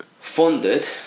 funded